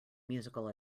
musical